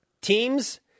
Teams